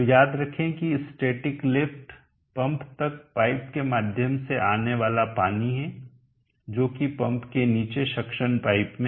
तो याद रखें कि स्टैटिक लिफ्ट पंप तक पाइप के माध्यम से आने वाला पानी है जो कि पंप के नीचे सक्शन पाइप में